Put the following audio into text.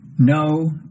No